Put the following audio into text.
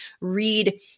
read